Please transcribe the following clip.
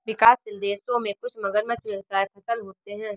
विकासशील देशों में कुछ मगरमच्छ व्यवसाय सफल होते हैं